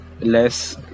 less